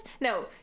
No